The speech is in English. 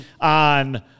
on –